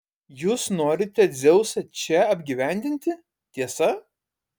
jūs norite dzeusą čia apgyvendinti tiesa